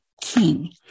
king